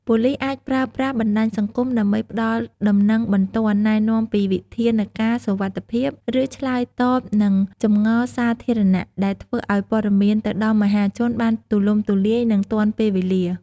ប៉ូលិសអាចប្រើប្រាស់បណ្ដាញសង្គមដើម្បីផ្តល់ដំណឹងបន្ទាន់ ណែនាំពីវិធានការសុវត្ថិភាព ឬឆ្លើយតបនឹងចម្ងល់សាធារណៈ ដែលធ្វើឲ្យព័ត៌មានទៅដល់មហាជនបានទូលំទូលាយ និងទាន់ពេលវេលា។